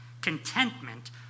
contentment